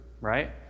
right